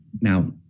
now